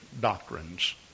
doctrines